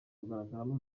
kugaragaramo